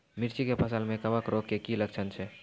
मिर्ची के फसल मे कवक रोग के की लक्छण छै?